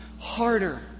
harder